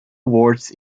awards